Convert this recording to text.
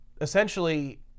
essentially